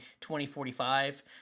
2045